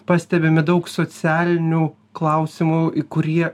pastebime daug socialinių klausimų kurie